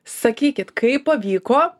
sakykit kaip pavyko